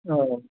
ओ